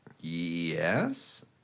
Yes